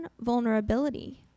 vulnerability